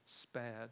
spared